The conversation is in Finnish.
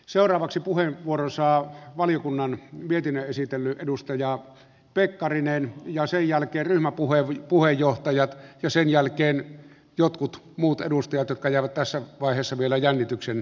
seuraavaksi puheenvuoron saa valiokunnan mietinnön esitellyt edustaja pekkarinen ja sen jälkeen ryhmäpuheenjohtajat ja sen jälkeen jotkut muut edustajat jotka jäävät tässä vaiheessa vielä jännityksen peittoon